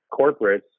corporates